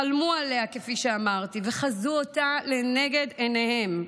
חלמו עליה, כפי שאמרתי, וחזו אותה לנגד עיניהם,